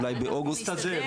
אולי באוגוסט -- נסתדר,